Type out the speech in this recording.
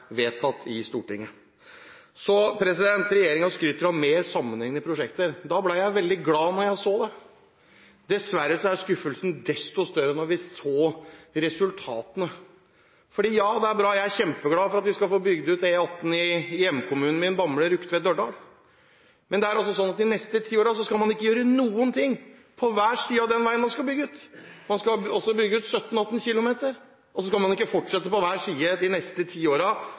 vedtatt i Stortinget. Regjeringen skryter av mer sammenhengende prosjekter. Jeg ble veldig glad da jeg så det. Dessverre ble skuffelsen desto større da vi så resultatene. Det er bra, og jeg er kjempeglad for at vi skal få bygd ut E18 i hjemkommunen min – Bamble–Rugtvedt–Dørdal – men de neste ti årene skal man ikke gjøre noe på hver side av den veien man bygger ut. Man skal bygge 17–18 km, og så skal man – hvis den planen regjeringen har vedtatt, blir gjennomført – ikke fortsette på hver side de neste ti